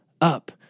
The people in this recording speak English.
up